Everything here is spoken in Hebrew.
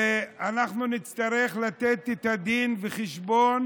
ואנחנו נצטרך לתת דין וחשבון